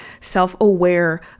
self-aware